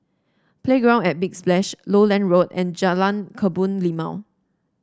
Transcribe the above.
Playground at Big Splash Lowland Road and Jalan Kebun Limau